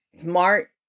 smart